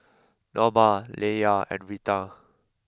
Norma Laylah and Rita